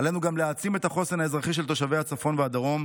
עלינו גם להעצים את החוסן האזרחי של תושבי הצפון והדרום.